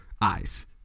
eyes